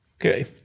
Okay